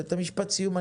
כולנו, וגם